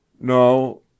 No